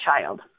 child